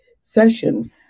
session